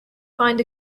find